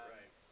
Right